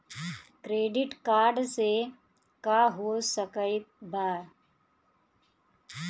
Credit card से का हो सकइत बा?